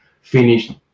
finished